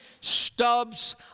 stubs